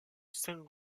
saint